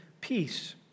peace